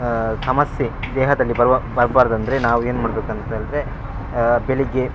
ಸಮಸ್ಯೆ ದೇಹದಲ್ಲಿ ಬರುವ ಬರ್ಬಾರ್ದು ಅಂದರೆ ನಾವು ಏನು ಮಾಡ್ಬೇಕಂತಂದರೆ ಬೆಳಗ್ಗೆ